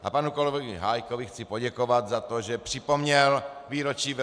A panu kolegu Hájkovi chci poděkovat za to, že připomněl výročí VŘSR.